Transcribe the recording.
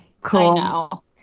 Cool